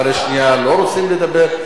ואחרי שנייה לא רוצים לדבר.